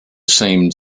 seemed